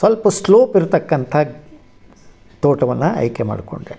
ಸ್ವಲ್ಪ ಸ್ಲೋಪ್ ಇರ್ತಕ್ಕಂಥ ತೋಟವನ್ನ ಆಯ್ಕೆ ಮಾಡ್ಕೊಂಡೆ